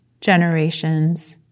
generations